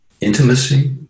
intimacy